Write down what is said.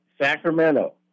Sacramento